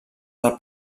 del